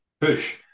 push